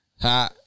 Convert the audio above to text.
Ha